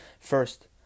First